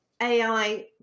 AI